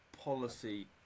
policy